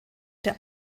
der